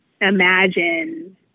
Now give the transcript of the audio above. Imagine